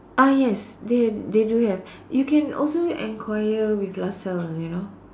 ah yes they they do have you can also enquire with Lasalle you know